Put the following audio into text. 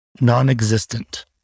non-existent